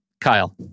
Kyle